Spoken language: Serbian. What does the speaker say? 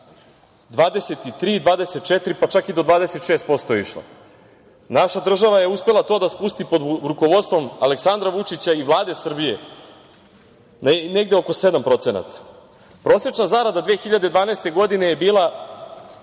23 – 24, pa čak i do 26% je išla. Naša država je uspela to da spusti pod rukovodstvom Aleksandra Vučića i Vlade Srbije negde oko 7%.Prosečna zarada 2012. godine je bila